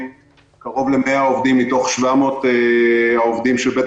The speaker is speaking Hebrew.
קרוב ל-100 עובדים מתוך 700 העובדים של בית